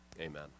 Amen